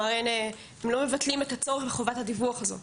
הם לא מבטלים את הצורך בחובת הדיווח הזו.